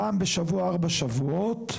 פעם בשבוע, ארבעה שבועות.